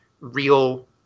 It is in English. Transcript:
real